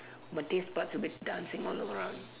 my tastebuds will be dancing all around